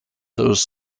those